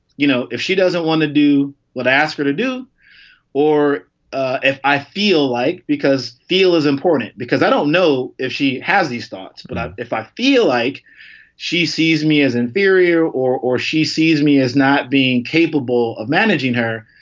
you know, if she doesn't want to do what i ask her to do or ah if i feel like because feel is important, because i don't know if she has these thoughts, but if i feel like she sees me as inferior or or she sees me as not being capable of managing her,